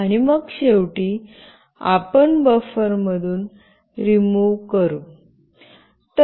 आणि मग शेवटी आपण बफर मधून रिमूव्ह करू